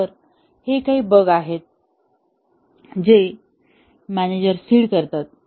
तर हे काही बग आहेत जे मॅनेजर सीड करतात